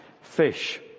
fish